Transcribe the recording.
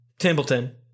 Timbleton